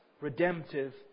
redemptive